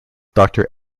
doctor